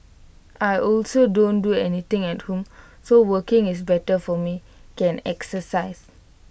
I also don't do anything at home so working is better for me can exercise